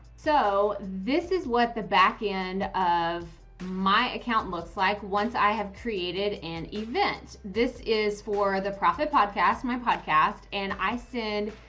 so this is what the backend of my account looks like. once i have created an event. this is for the proffitt podcast, my podcast and i said,